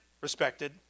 Respected